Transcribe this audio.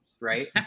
right